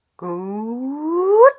Good